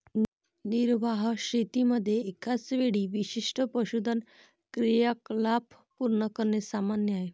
निर्वाह शेतीमध्ये एकाच वेळी विशिष्ट पशुधन क्रियाकलाप पूर्ण करणे सामान्य आहे